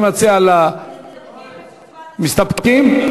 אני מציע, מסתפקים בתשובת השר.